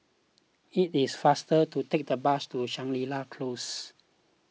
it is faster to take the bus to Shangri La Close